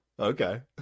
Okay